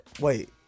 Wait